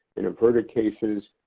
in averted cases,